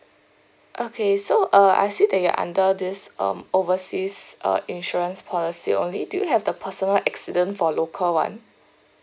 okay so uh I see that you're under this um overseas uh insurance policy only do you have the personal accident for local one